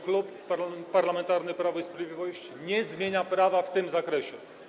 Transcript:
Klub Parlamentarny Prawo i Sprawiedliwość nie zmienia prawa w tym zakresie.